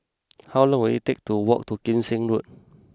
how long will it take to walk to Kim Seng Road